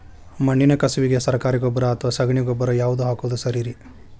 ಮಣ್ಣಿನ ಕಸುವಿಗೆ ಸರಕಾರಿ ಗೊಬ್ಬರ ಅಥವಾ ಸಗಣಿ ಗೊಬ್ಬರ ಯಾವ್ದು ಹಾಕೋದು ಸರೇರಿ?